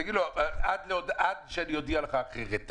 תגיד לו, עד שאני אודיע לך אחרת.